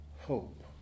hope